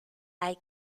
hay